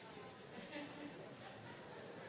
Lundteigen er einig